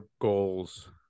goals